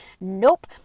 nope